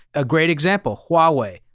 a great example, huawei,